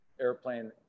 airplane